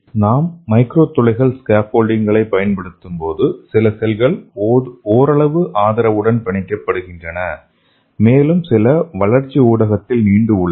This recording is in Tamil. நாம் மைக்ரோ துளைகள் ஸ்கேஃபோல்டிங்களைப் பயன்படுத்தும்போது சில செல்கள் ஓரளவு ஆதரவுடன் பிணைக்கப்படுகின்றன மேலும் சில வளர்ச்சி ஊடகத்தில் நீண்டு உள்ளன